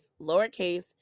lowercase